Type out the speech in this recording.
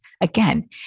again